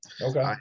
okay